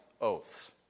oaths